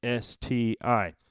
STI